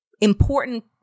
important